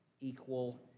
equal